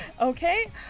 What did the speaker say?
Okay